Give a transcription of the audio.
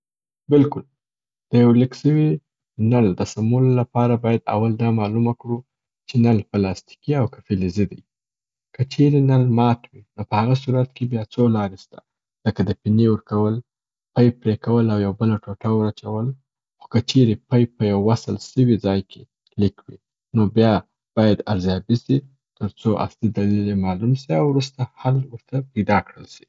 بلکل. د یو لیک سوی نل د سمولو لپاره باید اول دا معلومه کړو چې نل پلاستیکي او که فلیزي دی. که چیري نل مات وي نو په هغه صورت کې بیا څو لاري سته لکه د پینې ورکول، پیپ پریکول او یو بله ټوټه ور اچول، خو که چیري پیپ په یو وسل سوي ځای کي لیک وي، نو بیا باید ارزیابي سي تر څو اصلي دلیل یې معلوم سي او وروسته حل ور ته پیدا کړل سي.